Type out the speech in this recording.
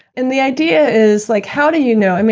and the idea is like how do you know?